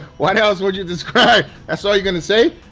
what else would you describe that's all you're gonna say?